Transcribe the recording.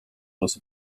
oraz